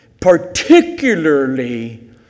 Particularly